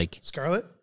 Scarlet